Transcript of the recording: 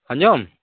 ᱟᱸᱡᱚᱢ